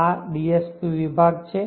આ DSP વિભાગ છે